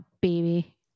baby